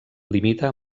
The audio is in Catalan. limita